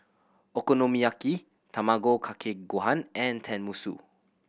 Okonomiyaki Tamago Kake Gohan and Tenmusu